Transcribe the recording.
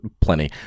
plenty